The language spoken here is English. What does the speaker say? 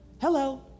Hello